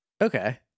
okay